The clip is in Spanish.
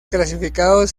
clasificados